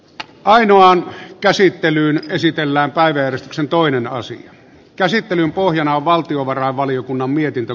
ainoan käsittelyyn esitellään kahden sen toinen asian käsittelyn pohjana on valtiovarainvaliokunnan mietintö